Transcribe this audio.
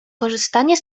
korzystanie